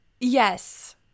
Yes